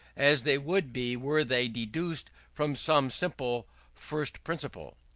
as they would be were they deduced from some simple first principle.